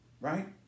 Right